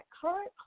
current